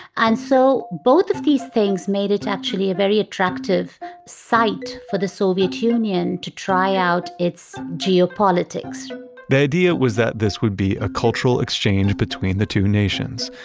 and so both of these things made it actually a very attractive site for the soviet union to try out its geopolitics the idea was that this would be a cultural exchange between the two nations.